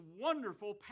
wonderful